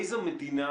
איזו מדינה,